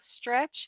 stretch